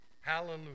hallelujah